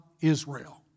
Israel